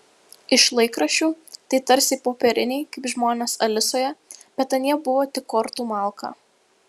iš laikraščių tai tarsi popieriniai kaip žmonės alisoje bet anie buvo tik kortų malka